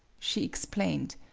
she explained